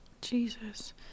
jesus